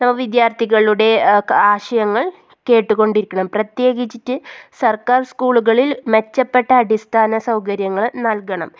നമ്മൾ വിദ്യാർഥികളുടെ ആശയങ്ങൾ കേട്ടു കൊണ്ടിരിക്കണം പ്രത്യേകിച്ചിട്ട് സർക്കാർ സ്കൂളുകളിൽ മെച്ചപ്പെട്ട അടിസ്ഥാന സൗകര്യങ്ങൾ നൽകണം